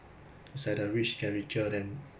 ya the poor get poorer lah so